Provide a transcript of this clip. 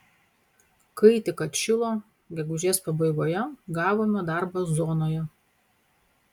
kai tik atšilo gegužės pabaigoje gavome darbą zonoje